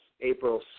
April